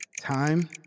Time